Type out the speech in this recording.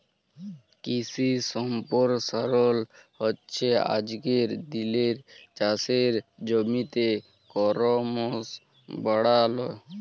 কিশি সম্পরসারল হচ্যে আজকের দিলের চাষের জমিকে করমশ বাড়াল